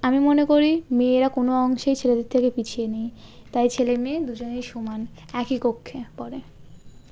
আমি মনে করি মেয়েরা কোনও অংশেই ছেলেদের থেকে পিছিয়ে নেই তাই ছেলে মেয়ে দুজনেই সমান একই কক্ষে পড়ে